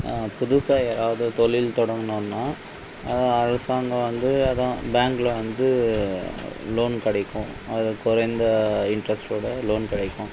புதுசாக எதாவது தொழில் தொடங்கணும்னா அரசாங்கம் வந்து அதான் பேங்க்கில் வந்து லோன் கிடைக்கும் அது குறைந்த இன்ட்ரெஸ்ட்டோட லோன் கிடைக்கும்